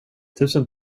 tusen